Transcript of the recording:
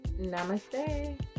Namaste